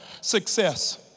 success